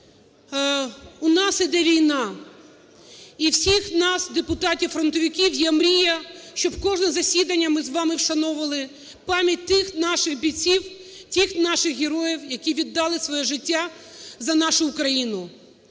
у нас іде війна і у всіх нас депутатів-фронтовиків є мрія, щоб кожне засідання ми з вами вшановували пам'ять тих наших бійців, тих наших героїв, які віддали своє життя за нашу Україну.